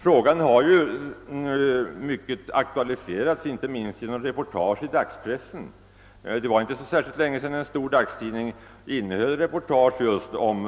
Frågan har ju aktualiserats inte minst genom reportage i dagspressen. Det var inte så länge sedan en stor dagstidning innehöll reportage just om